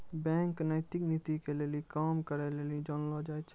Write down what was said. bank नैतिक नीति के लेली काम करै लेली जानलो जाय छै